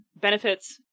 benefits